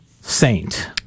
saint